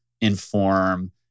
inform